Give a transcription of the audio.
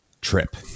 trip